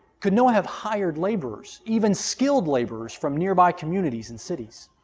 could noah have hired laborers, even skilled laborers from nearby communities and cities?